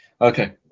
Okay